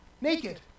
naked